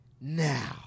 Now